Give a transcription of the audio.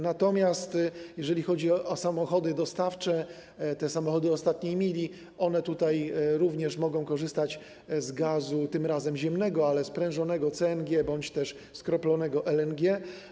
Natomiast jeżeli chodzi o samochody dostawcze, te samochody ostatniej mili, to one również mogą korzystać z gazu, tym razem ziemnego, ale sprężonego, CNG, bądź też skroplonego, LNG.